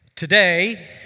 Today